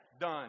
done